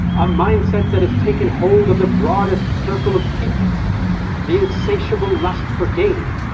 a mindset that has taken hold of the broadest circle of peoples the insatiable lust for gain,